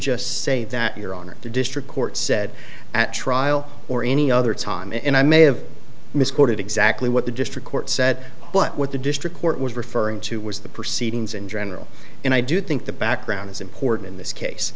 just say that your honor the district court said at trial or any other time and i may have misquoted exactly what the district court said but what the district court was referring to was the proceedings in general and i do think the background is important in this case